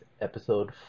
episode